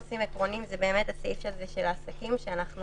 הסעיף של העסקים שאנו